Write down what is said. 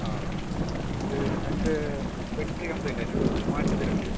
ആ ഇത് എൻ്റെ ബാറ്ററി കംപ്ലയിൻറ് ആയിനല്ലോ അത് മാറ്റിത്തരാൻ കഴിയുമോ